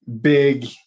Big